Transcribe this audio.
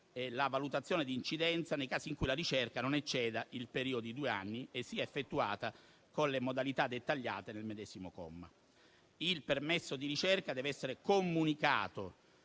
a valutazione di incidenza, nei casi in cui la ricerca non ecceda il periodo di due anni e sia effettuata con le modalità dettagliate nel medesimo comma. Il permesso di ricerca dev'essere comunicato